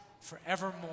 forevermore